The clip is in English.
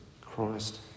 Christ